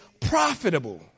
Profitable